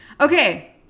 okay